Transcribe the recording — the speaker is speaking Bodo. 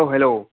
औ हेल'